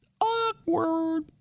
Awkward